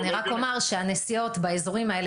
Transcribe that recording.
ואני רק אומר שהנסיעות באזורים האלה